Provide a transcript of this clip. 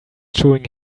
chewing